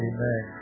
Amen